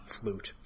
flute